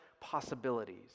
possibilities